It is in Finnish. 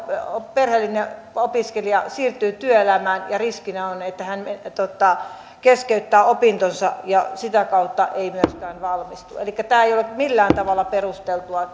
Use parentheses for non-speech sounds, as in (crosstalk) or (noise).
perheellinen opiskelija siirtyy työelämään ja riskinä on että hän keskeyttää opintonsa ja sitä kautta ei myöskään valmistu elikkä tämä perheellisten opiskelijoitten köyhyys ei ole millään tavalla perusteltua (unintelligible)